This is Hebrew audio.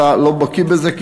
אתה לא בקי בזה,